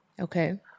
okay